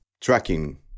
tracking